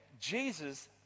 Jesus